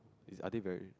it's I think very